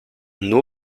nur